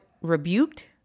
rebuked